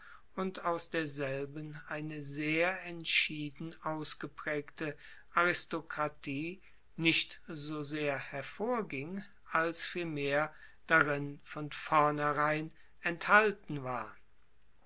und aus derselben eine sehr entschieden ausgepraegte aristokratie nicht so sehr hervorging als vielmehr darin von vornherein enthalten war